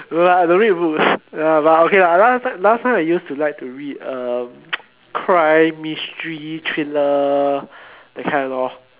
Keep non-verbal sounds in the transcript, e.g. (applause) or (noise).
no lah I got read books ya but okay lah last last time I used to read uh (noise) crime mystery thriller the kind lor